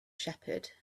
shepherd